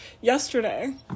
yesterday